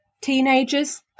teenagers